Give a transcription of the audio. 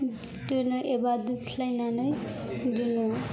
दोनो एबा दोस्लायनानै दोनो